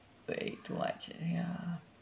way too much ya